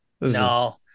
No